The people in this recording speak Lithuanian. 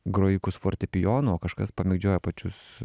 grojikus fortepijonu o kažkas pamedžioja pačius